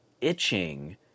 itching